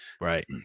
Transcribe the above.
right